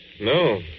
No